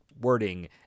wording